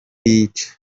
yica